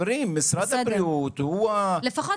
למה?